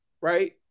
right